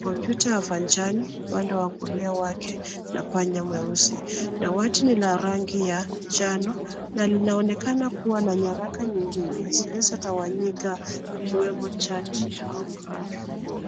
komputa ya majani upande wa kulia wake na panya mweusi. dawati ni la rangi ya njano , na linaonekana kuwa na nyaraka nyingine zilizotawanyika ikiwemo chati au grafu.